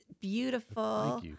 beautiful